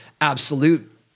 absolute